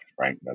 right